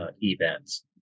events